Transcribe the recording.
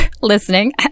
listening